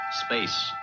Space